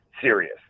serious